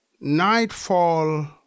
Nightfall